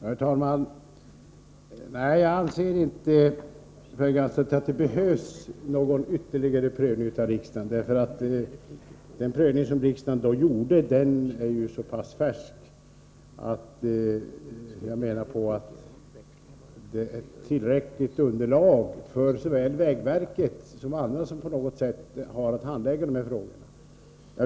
Herr talman! Nej, Pär Granstedt, jag anser inte att det behövs någon ytterligare prövning av riksdagen. Den prövning som riksdagen gjorde 1981 är så pass färsk att den utgör ett tillräckligt underlag för såväl vägverket som andra som på något sätt har att handlägga dessa frågor.